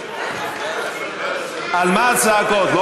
על מה הצעקות?